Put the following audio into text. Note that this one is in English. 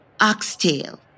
Oxtail